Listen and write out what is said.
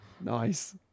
Nice